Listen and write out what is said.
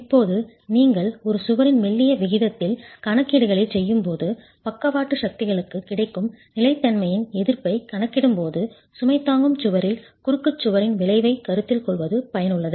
இப்போது நீங்கள் ஒரு சுவரின் மெல்லிய விகிதத்தில் கணக்கீடுகளைச் செய்யும்போது பக்கவாட்டு சக்திகளுக்கு கிடைக்கும் நிலைத்தன்மையின் எதிர்ப்பைக் கணக்கிடும்போது சுமை தாங்கும் சுவரில் குறுக்குச் சுவரின் விளைவைக் கருத்தில் கொள்வது பயனுள்ளது